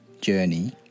Journey